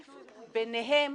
פנים, ביניהם